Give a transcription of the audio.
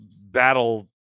battle